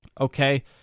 okay